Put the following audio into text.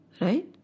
right